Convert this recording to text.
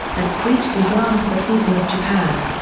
had preached islam to the people of japan.